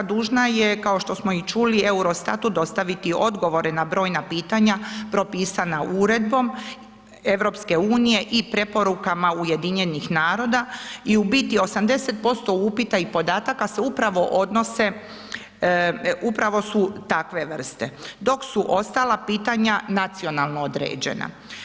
RH dužna je kao što smo i čuli Eurostatu dostaviti odgovore na brojna pitanja propisana Uredbom EU i preporukama UN-a i u biti 80% upita i podataka se upravo odnose, upravo su takve vrste dok su ostala pitanja nacionalno određena.